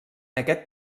aquest